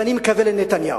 ואני מקווה שלנתניהו,